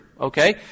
Okay